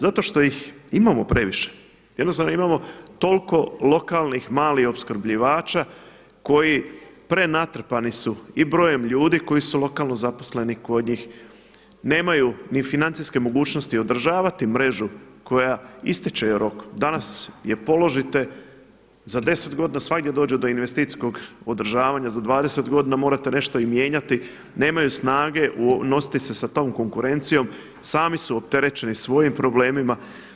Zato što ih imamo previše, jednostavno imamo toliko lokalnih, malih opskrbljivača koji prenatrpani su i brojem ljudi koji su lokalno zaposleni kod njih, nemaju ni financijske mogućnosti održavati mrežu koja ističe joj rok, danas je položite, za 10 godina svagdje dođe do investicijskog održavanja, za 20 godina morate nešto i mijenjati, nemaju snage nositi se sa tom konkurencijom, sami su opterećeni svojim problemima.